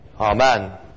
amen